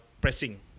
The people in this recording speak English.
pressing